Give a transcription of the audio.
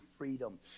Freedom